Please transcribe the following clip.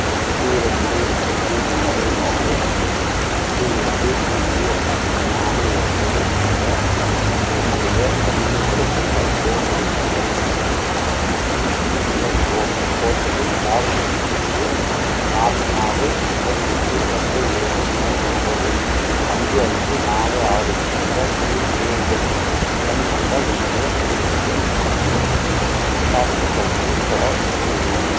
எட்டு ரெண்டு அஞ்சு நாலு நாலு எட்டு எட்டு அஞ்சு அஞ்சு நாலு ஒம்போது என்ற என்னுடைய பதிவு செய்யப்பட்ட ஃபோன் எண் பயன்படுத்தி இபிஎஃப்ஓ போர்ட்டலில் லாக்இன் செய்து நாலு நாலு ஒம்போது எட்டு ரெண்டு ஏழு மூணு ஒன்பது அஞ்சு அஞ்சு நாலு ஆறு என்ற யுஏஎன் எண் கொண்ட என்னுடைய பிஎஃப் கணக்குகளுக்கு பாஸ்புக் அறிக்கையை பெற விரும்புகிறேன்